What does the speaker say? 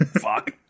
Fuck